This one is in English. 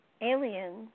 aliens